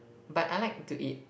but I like to eat